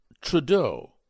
Trudeau